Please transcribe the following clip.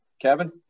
Kevin